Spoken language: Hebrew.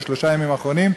בשלושת הימים האחרונים,